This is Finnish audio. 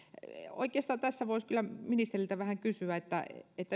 oikeastaan tässä voisi kyllä ministeriltä vähän kysyä että